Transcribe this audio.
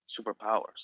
superpowers